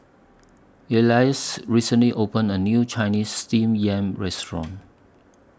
Elias recently opened A New Chinese Steamed Yam Restaurant